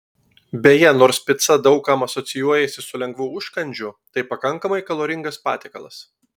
beje nors pica daug kam asocijuojasi su lengvu užkandžiu tai pakankamai kaloringas patiekalas